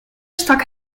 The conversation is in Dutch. stak